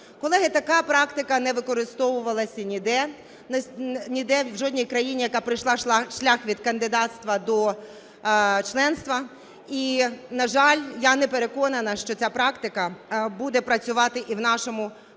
Колеги, така практика не використовувалася ніде, в жодній країні, яка пройшла шлях від кандидатства до членства, і, на жаль, я не переконана, що ця практика буде працювати і в нашому парламенті.